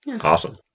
Awesome